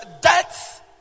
death